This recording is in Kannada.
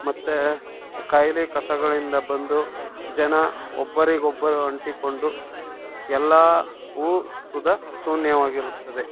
ಮತ್ತು ಖಾಯಿಲೆ ಕಸಗಳಿಂದ ಬಂದು ಜನ ಒಬ್ಬರಿಗೊಬ್ಬರು ಅಂಟಿಕೊಂಡು ಎಲ್ಲವೂ ಸುದ ಶೂನ್ಯವಾಗಿರುತ್ತದೆ